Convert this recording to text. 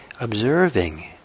observing